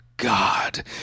God